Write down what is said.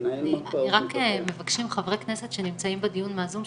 מנהל מרפאות --- יש חברי כנסת שנמצאים בדיון בזום,